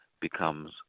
becomes